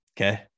Okay